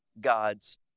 God's